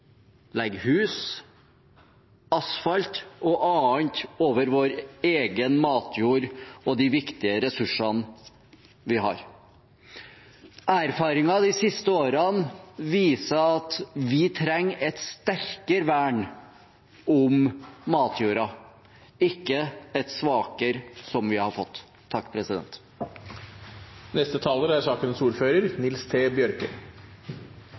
hus, asfalt og annet over vår egen matjord og de viktige ressursene vi har? Erfaringene de siste årene viser at vi trenger et sterkere vern om matjorda – ikke et svakere, som vi har fått.